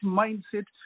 mindset